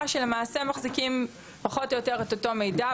שלמעשה מחזיקים פחות או יותר את אותו מידע,